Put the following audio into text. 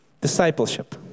discipleship